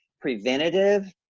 preventative